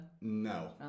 No